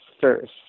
first